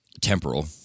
temporal